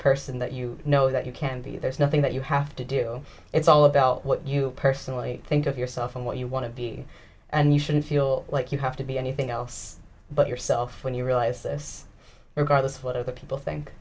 person that you know that you can be there's nothing that you have to do it's all about what you personally think of yourself and what you want to be and you shouldn't feel like you have to be anything else but yourself when you realize this regardless of what other people think